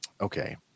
Okay